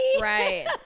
right